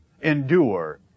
endure